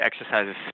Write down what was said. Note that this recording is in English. exercises